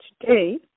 today